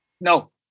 No